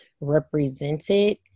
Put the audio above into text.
represented